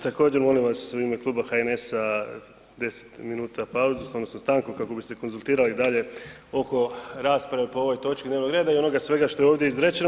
Također molim vas u ime Kluba HNS-a 10 minuta pauze odnosno stanku kako bi se konzultirali dalje oko rasprave po ovoj točki dnevnog reda i onoga svega što je ovdje izrečeno.